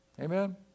amen